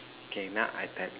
okay now I tell